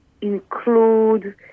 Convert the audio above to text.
include